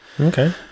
Okay